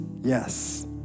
yes